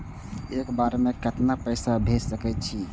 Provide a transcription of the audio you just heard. एक बार में केतना पैसा भेज सके छी?